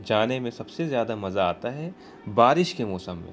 جانے میں سب سے زیادہ مزہ آتا ہے بارش کے موسم میں